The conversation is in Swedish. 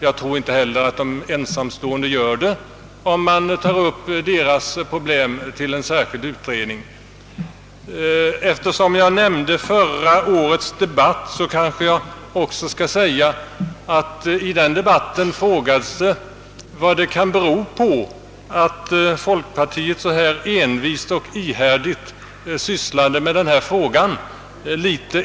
Jag tror inte heller att de ensamstående gör det om man tar upp deras problem till en särskild utredning. Eftersom jag nämnde förra årets debatt, kanske jag också skall säga att det i den debatten frågades vad det kan bero på att folkpartiet så envist och ihärdigt sysslade med denna fråga.